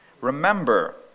Remember